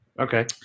Okay